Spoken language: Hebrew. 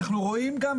אנחנו רואים גם,